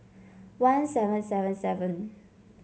one seven seven seven